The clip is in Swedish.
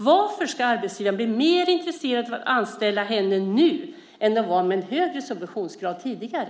Varför ska arbetsgivaren bli mer intresserad av att anställa henne nu än med en högre subventionsgrad tidigare?